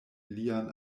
lian